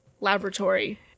laboratory